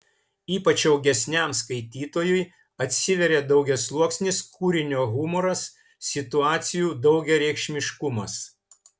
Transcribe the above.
ypač augesniam skaitytojui atsiveria daugiasluoksnis kūrinio humoras situacijų daugiareikšmiškumas